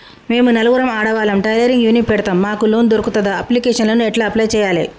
మేము నలుగురం ఆడవాళ్ళం టైలరింగ్ యూనిట్ పెడతం మాకు లోన్ దొర్కుతదా? అప్లికేషన్లను ఎట్ల అప్లయ్ చేయాలే?